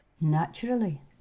Naturally